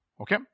Okay